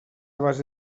base